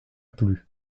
plus